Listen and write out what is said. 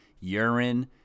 urine